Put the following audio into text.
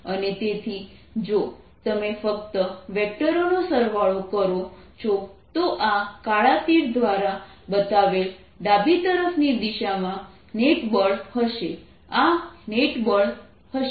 અને તેથી જો તમે ફક્ત વેક્ટરનો સરવાળો કરો છો તો આ કાળા તીર દ્વારા બતાવેલ ડાબી તરફની દિશામાં નેટ બળ હશે આ નેટ બળ હશે